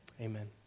Amen